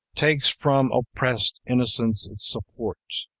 takes from oppressed innocence its support,